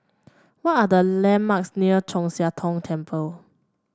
what are the landmarks near Chu Siang Tong Temple